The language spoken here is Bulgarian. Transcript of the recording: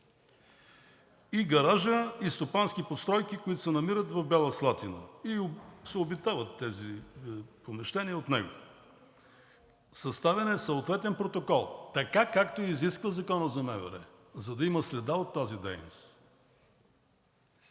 в гаража, и в стопански постройки, които се намират в Бяла Слатина и се обитават тези помещения от него. Съставен е съответен протокол така, както изисква Законът за МВР, за да има следа от тази дейност.